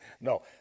No